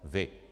Vy.